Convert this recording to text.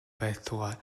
байтугай